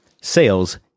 sales